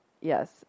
Yes